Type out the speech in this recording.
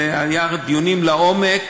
היו דיונים לעומק.